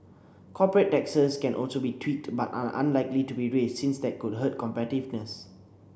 corporate taxes can also be tweaked but are unlikely to be raised since that could hurt competitiveness